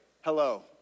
hello